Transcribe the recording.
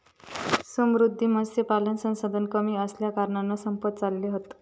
समुद्री मत्स्यपालन संसाधन कमी असल्याकारणान संपत चालले हत